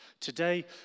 Today